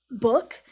book